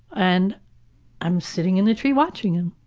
and i'm sitting in the tree watching. and,